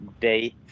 date